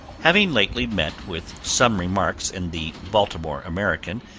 having lately met with some remarks in the baltimore american,